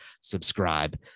subscribe